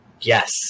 Yes